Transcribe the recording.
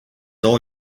all